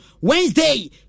Wednesday